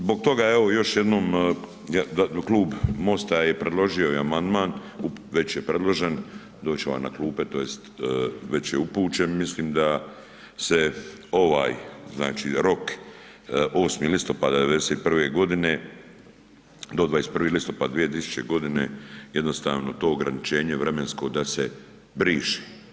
Zbog toga evo, još jednom da Klub Mosta je predložio i amandman, već je predložen, doći će vam na klupe, tj. već je upućen, mislim da se ovaj znači rok, 8. listopada 91. g. do 21. listopada 2000. g. jednostavno to ograničenje vremensko da se briše.